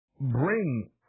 bring